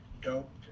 dope